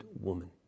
woman